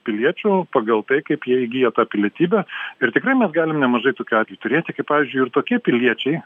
piliečių pagal tai kaip jie įgyja pilietybę ir tikrai mes galim nemažai tokių atvejų turėti kai pavyzdžiui ir tokie piliečiai